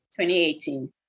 2018